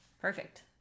Perfect